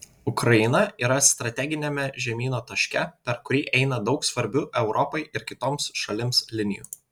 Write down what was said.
ukraina yra strateginiame žemyno taške per kurį eina daug svarbių europai ir kitoms šalims linijų